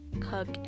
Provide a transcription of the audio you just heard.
cook